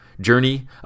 journey